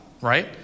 right